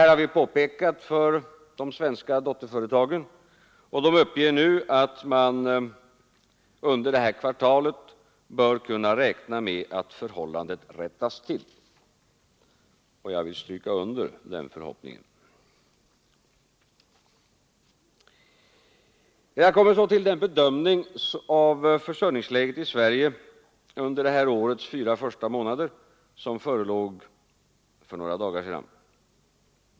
Vi har påpekat detta för de svenska dotterföretagen, och de uppger nu att man under detta kvartal bör kunna räkna med att förhållandet rättas till. Jag vill stryka under denna förhoppning. Jag kommer så till den bedömning av försörjningsläget i Sverige under detta års fyra första månader som förelåg för några dagar sedan.